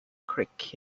creek